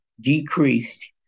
decreased